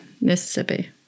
Mississippi